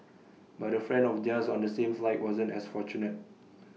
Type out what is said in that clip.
but A friend of theirs on the same flight wasn't as fortunate